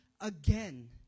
again